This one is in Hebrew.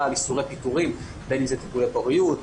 על איסורי פיטורים בין אם זה טיפולי פוריות,